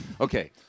Okay